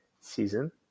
season